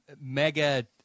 mega